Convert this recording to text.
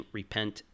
repent